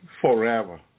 forever